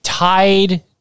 Tied